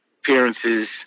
appearances